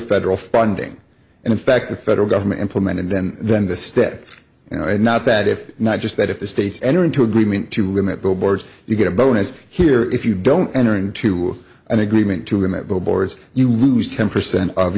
federal funding and in fact the federal government implemented then then this step you know not that if not just that if the states enter into agreement to limit billboards you get a bonus here if you don't enter into an agreement to limit billboards you lose ten percent of